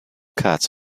cats